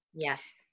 Yes